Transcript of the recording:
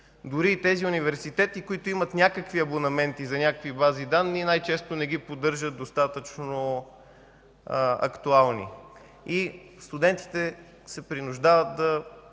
Дори и тези университети, които имат някакви абонаменти за някакви бази данни, най-често не ги поддържат достатъчно актуални. Студентите се принуждават да